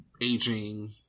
aging